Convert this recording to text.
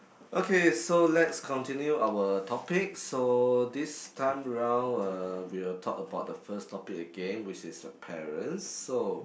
okay so let's continue our topic so this time round uh we will talk about the first topic again which is a parents so